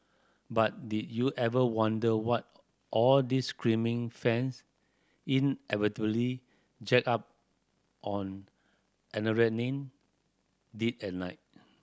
but did you ever wonder what all these screaming fans inevitably jacked up on adrenaline did at night